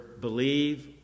believe